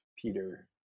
Peter